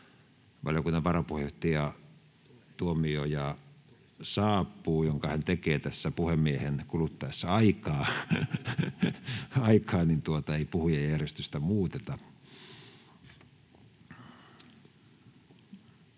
valiokunnan varapuheenjohtaja Tuomioja saapuu... Sen hän tekee tässä puhemiehen kuluttaessa aikaa, niin että ei puhujajärjestystä muutetakaan.